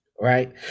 Right